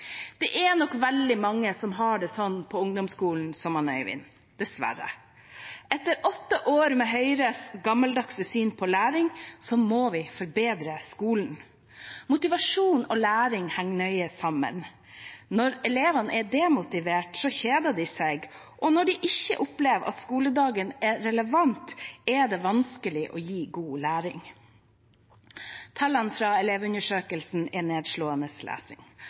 Det er nok veldig mange som har det sånn på ungdomsskolen som Øivind, dessverre. Etter åtte år med Høyres gammeldagse syn på læring må vi forbedre skolen. Motivasjon og læring henger nøye sammen. Når elevene er demotiverte, kjeder de seg, og når de ikke opplever at skoledagen er relevant, er det vanskelig å gi god læring. Tallene fra Elevundersøkelsen er nedslående